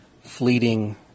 fleeting